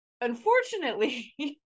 unfortunately